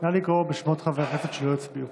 נא לקרוא בשמות חברי הכנסת שלא הצביעו.